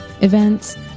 events